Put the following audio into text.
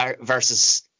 versus